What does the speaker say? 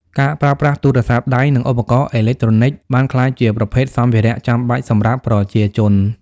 ការប្រើប្រាស់ទូរស័ព្ទដៃ និងឧបករណ៍អេឡិចត្រូនិចបានក្លាយជាប្រភេទសម្ភារចាំបាច់សម្រាប់ប្រជាជន។